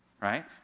right